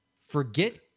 Forget